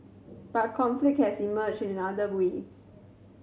but conflict has emerged in other ways